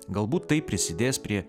galbūt tai prisidės prie